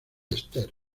esther